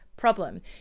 problem